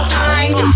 times